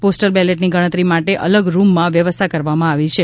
postal બેલેટની ગણતરી માટે અલગ રૂમમાં વ્યવસ્થા કરવામાં આવી છે